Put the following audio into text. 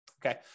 Okay